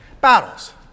battles